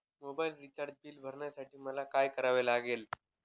Mobile recharge bill भरण्यासाठी मला काय करावे लागेल?